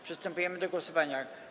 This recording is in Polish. Przystępujemy do głosowania.